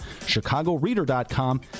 Chicagoreader.com